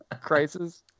crisis